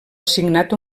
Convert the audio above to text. assignat